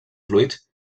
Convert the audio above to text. fluids